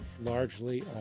largely